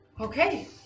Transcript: Okay